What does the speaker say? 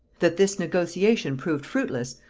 that this negotiation proved fruitless,